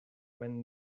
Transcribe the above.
when